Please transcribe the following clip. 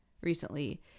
recently